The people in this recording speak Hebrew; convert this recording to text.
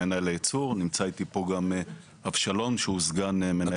נמצא איתי פה גם אבשלום שהוא סגן המנהל.